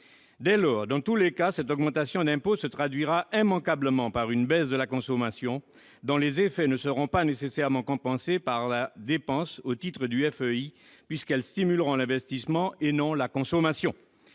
Dès lors, dans tous les cas, cette augmentation d'impôt se traduira immanquablement par une baisse de la consommation, dont les effets ne seront pas nécessairement compensés par les dépenses au titre du FEI puisqu'elles stimuleront l'investissement et non la consommation.